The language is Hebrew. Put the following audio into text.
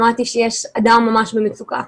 שמעתי שיש אדם שנמצא ממש במצוקה.